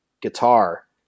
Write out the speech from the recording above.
guitar